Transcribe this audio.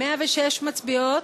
106, מצביעות.